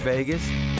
Vegas